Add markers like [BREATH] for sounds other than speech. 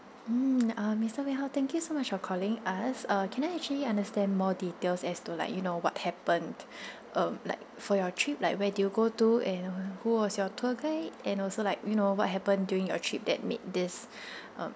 mm [NOISE] uh mister wee hao thank you so much for calling us uh can I actually understand more details as to like you know what happened [BREATH] um like for your trip like where do you go to and who was your tour guide and also like you know what happened during a trip that made this [BREATH] um